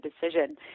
decision